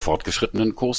fortgeschrittenenkurs